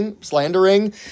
slandering